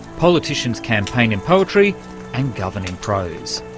politicians campaign in poetry and govern in prose.